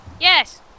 Yes